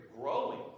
growing